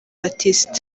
baptiste